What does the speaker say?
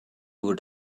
would